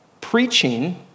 preaching